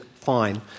fine